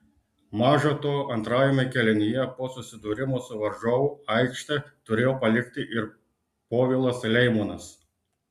maža to antrajame kėlinyje po susidūrimo su varžovu aikštę turėjo palikti ir povilas leimonas